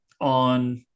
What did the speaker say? on